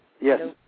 Yes